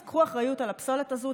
אז קחו אחריות על הפסולת הזו,